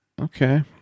Okay